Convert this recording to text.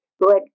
Good